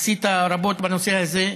עשית רבות בנושא הזה,